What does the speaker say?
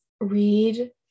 read